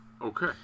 Okay